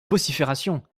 vociférations